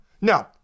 no